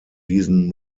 diesen